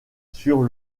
sur